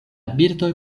birdoj